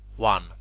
one